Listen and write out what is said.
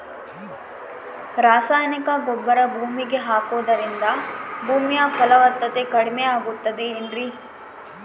ರಾಸಾಯನಿಕ ಗೊಬ್ಬರ ಭೂಮಿಗೆ ಹಾಕುವುದರಿಂದ ಭೂಮಿಯ ಫಲವತ್ತತೆ ಕಡಿಮೆಯಾಗುತ್ತದೆ ಏನ್ರಿ?